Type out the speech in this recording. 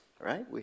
right